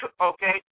okay